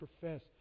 profess